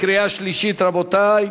קריאה שלישית, רבותי.